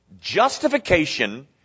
justification